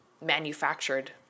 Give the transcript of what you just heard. manufactured